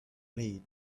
blade